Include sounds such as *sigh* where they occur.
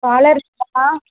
*unintelligible*